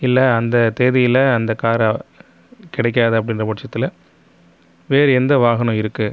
இல்லை அந்த தேதியில் அந்த காரு கிடைக்காது அப்படின்ற பட்சத்தில் வேறு எந்த வாகனம் இருக்குது